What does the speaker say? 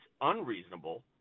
unreasonable